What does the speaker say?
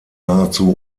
nahezu